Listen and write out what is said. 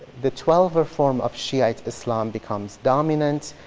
the twelver form of shiite islam becomes dominant.